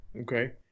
Okay